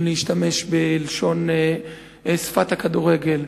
אם להשתמש בשפת הכדורגל.